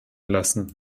lassen